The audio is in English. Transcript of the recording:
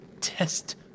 test